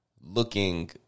looking